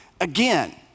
again